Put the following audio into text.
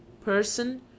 Person